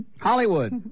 Hollywood